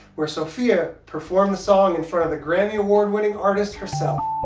where sophia performed the song in front of the grammy award-winning artist herself.